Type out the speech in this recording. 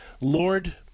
Lord